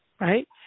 right